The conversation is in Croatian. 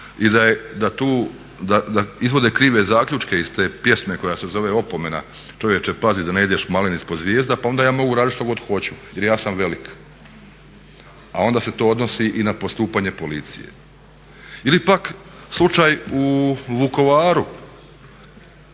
i da izvode krive zaključke iz te pjesme koja se zove "Opomena, čovječe pazi da ne ideš malen ispod zvijezda" pa onda ja mogu raditi što god hoću jer ja sam velik. A onda se to odnosi i na postupanje policije. Ili pak slučaj u Vukovaru